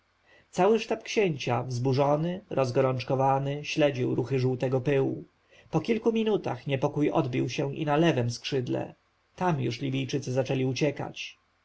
cały sztab księcia wzburzony rozgorączkowany śledził ruchy żółtego pyłu po kilku minutach niepokój odbił się i na lewem skrzydle tam już libijczycy zaczęli uciekać